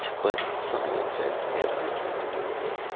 but science has everything to do with it.